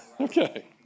Okay